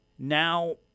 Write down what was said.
Now